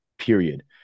Period